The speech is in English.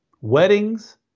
weddings